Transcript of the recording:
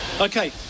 Okay